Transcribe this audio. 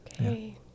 Okay